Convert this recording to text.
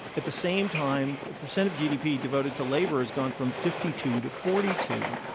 at the same time, the percent of gdp devoted to labor has gone from fifty two to forty two.